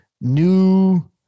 new